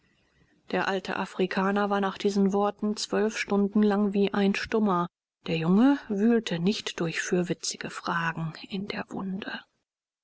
der alte afrikaner war nach diesen worten zwölf stunden lang wie ein stummer der junge wühlte nicht durch fürwitzige fragen in der wunde